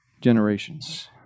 generations